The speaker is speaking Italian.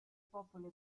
popolo